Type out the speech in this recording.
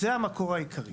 זה המקור העיקרי.